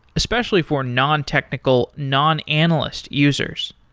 especially for non-technical non-analyst users.